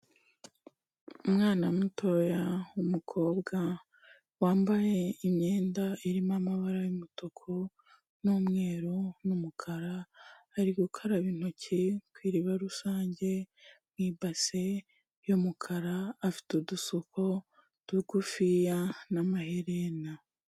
Umwana mutoya w'umukobwa wambaye imyenda irimo amabara y'umutuku n'umweru n'umukara, ari gukaraba intoki ku iriba rusange mu ibase y'umukara, afite udusuko tugufiya n'amaherena.